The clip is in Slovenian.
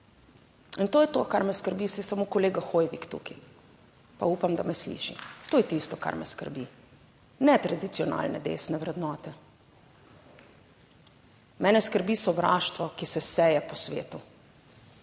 In to je to, kar me skrbi, saj samo kolega Hoivik tukaj, pa upam, da me sliši, to je tisto, kar me skrbi, ne tradicionalne desne vrednote. Mene skrbi sovraštvo, ki se seje po svetu